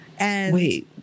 Wait